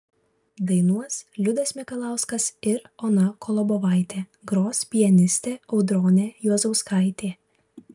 dainuos liudas mikalauskas ir ona kolobovaitė gros pianistė audronė juozauskaitė